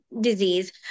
disease